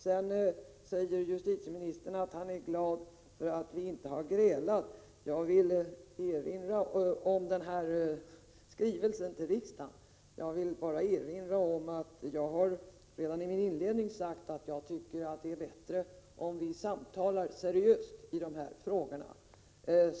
Sedan säger justitieministern att han är glad för att vi inte har grälat om skrivelsen till riksdagen. Jag vill erinra om att jag redan i mitt inledningsanförande sade att jag tycker att det är bättre om vi samtalar seriöst i dessa frågor.